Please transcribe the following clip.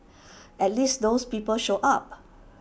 at least those people showed up